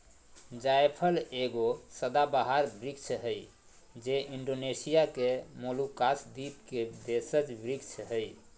जायफल एगो सदाबहार वृक्ष हइ जे इण्डोनेशिया के मोलुकास द्वीप के देशज वृक्ष हइ